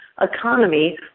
economy